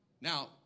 Now